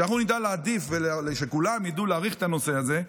כשאנחנו נדע להעדיף וכשכולם ידעו להעריך את הנושא הזה,